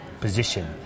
position